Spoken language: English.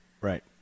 Right